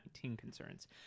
concerns